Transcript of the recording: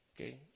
Okay